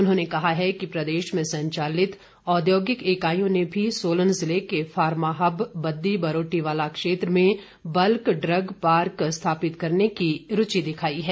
उन्होंने कहा है कि प्रदेश में संचालित औद्योगिक इकाइयों ने भी सोलन जिले के फार्मा हब बद्दी बरोटीवाला क्षेत्र में बल्क ड्रक पार्क स्थापित करने की रूचि दिखाई है